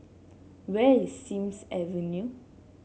where is Sims Avenue